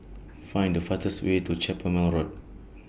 Find The fastest Way to Carpmael Road